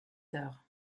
tard